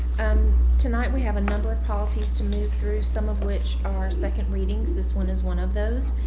and tonight we have a number of policies to move through. some of which are second readings. this one is one of those.